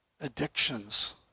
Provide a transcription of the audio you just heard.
addictions